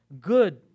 Good